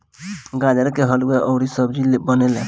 गाजर के हलुआ अउरी सब्जी बनेला